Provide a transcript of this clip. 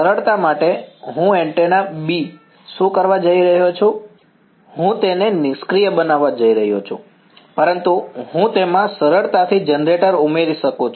સરળતા માટે હું એન્ટેના B શું કરવા જઈ રહ્યો છું હું તેને નિષ્ક્રિય બનાવવા જઈ રહ્યો છું પરંતુ હું તેમાં સરળતાથી જનરેટર ઉમેરી શકું છું